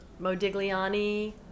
Modigliani